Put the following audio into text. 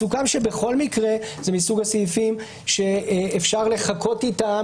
סוכם שבכל מקרה זה מסוג הסעיפים שאפשר לחכות איתם.